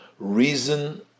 Reason